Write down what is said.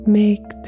make